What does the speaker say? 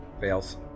fails